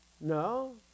no